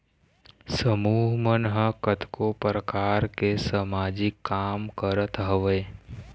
समूह मन ह कतको परकार के समाजिक काम करत हवय